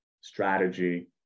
strategy